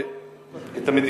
את המשכורת, שכחת את המשכורת.